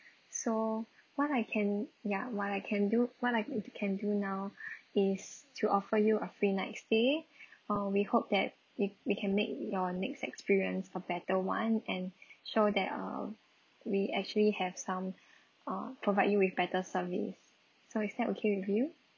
so what I can ya what I can do what I c~ can do now is to offer you a free night stay or we hope that we we can make your next experience a better [one] and show that um we actually have some uh provide you with better service so is that okay with you